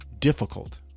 Difficult